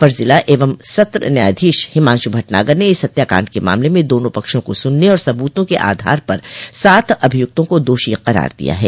अपर जिला एवं सत्र न्यायाधीश हिमाशु भटनागर ने इस हत्याकांड के मामले में दोनों पक्षों को सुनने और सबूतों के आधार पर सात अभियुक्तों को दोषी करार दिया है